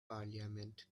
parliament